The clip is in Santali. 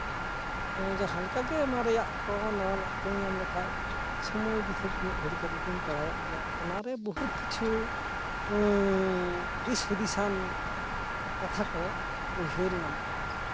ᱡᱟᱦᱟᱸᱞᱮᱠᱟ ᱜᱮ ᱢᱟᱨᱮᱭᱟᱜ ᱠᱚ ᱱᱚᱣᱟ ᱱᱟᱜ ᱠᱩᱧ ᱧᱟᱢ ᱞᱮᱠᱷᱟᱡ ᱥᱚᱢᱚᱭ ᱵᱤᱥᱮᱥ ᱢᱤᱫ ᱜᱷᱟᱹᱲᱤ ᱠᱟᱛᱮ ᱫᱩᱧ ᱯᱟᱲᱦᱟᱣᱮᱫ ᱜᱮᱭᱟ ᱚᱱᱟᱨᱮ ᱵᱚᱦᱩᱛ ᱠᱤᱪᱷᱩ ᱫᱤᱥ ᱦᱩᱫᱤᱥᱟᱱ ᱠᱟᱛᱷᱟ ᱠᱚ ᱩᱭᱦᱟᱹᱨ ᱧᱟᱢᱚᱜᱼᱟ